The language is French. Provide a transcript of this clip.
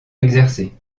exercer